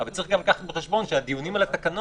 אבל צריך גם לקחת בחשבון שהדיונים על התקנות